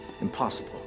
Impossible